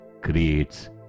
creates